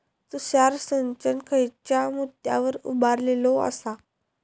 तुषार सिंचन खयच्या मुद्द्यांवर उभारलेलो आसा?